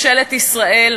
חברים.